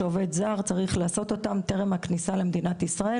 שעובד זר צריך לעשות אותן טרם הכניסה למדינת ישראל